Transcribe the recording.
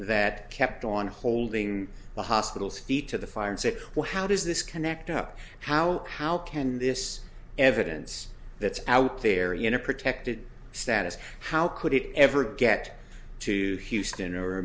that kept on holding the hospitals feet to the fire and said well how does this connect up how how can this evidence that's out there in a protected status how could it ever get to houston or